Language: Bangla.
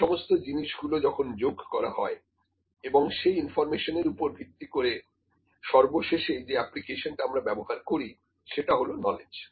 এই সমস্ত জিনিস গুলো যখন যোগ করা হয় এবং সেই ইনফরমেশনের উপর ভিত্তি করে সর্বশেষে যে অ্যাপ্লিকেশনটা আমরা ব্যবহার করি সেটা হল নলেজ